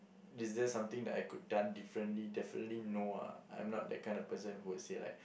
is there something that I could done differently definitely no lah I'm not that kind of person who would say like